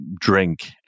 drink